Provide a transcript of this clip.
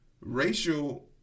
racial